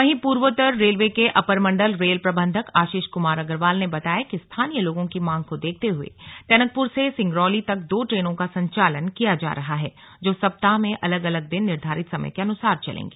वहीं पूर्वोत्तर रेलवे के अपर मण्डल रेल प्रबन्धक आशीष कुमार अग्रवाल ने बताया कि स्थानीय लोगो की मांग को देखते हुए टनकपुर से सिंगरौली तक दो ट्रेनों का संचालन किया जा रहा है जो सप्ताह अलग अलग दिन निर्धारित समय के अनुसार चलेंगी